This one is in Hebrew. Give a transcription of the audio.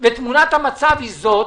תמונת המצב היא זאת,